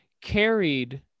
carried